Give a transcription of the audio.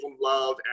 love